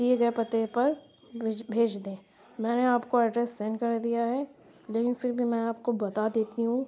دیے گئے پتے پر بھیج دیں میں نے آپ کو ایڈریس سینڈ کر دیا ہے لیکن پھر بھی میں آپ کو بتا دیتی ہوں